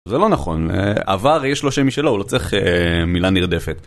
זה לא נכון, עבר יש לו שם משלו, הוא לא צריך מילה נרדפת.